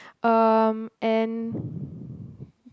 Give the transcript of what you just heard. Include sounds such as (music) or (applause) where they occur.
um and (breath)